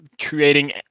creating